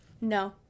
no